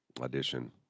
Audition